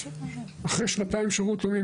אחרי שנתיים שירות לאומי,